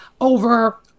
over